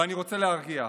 אבל אני רוצה להרגיע: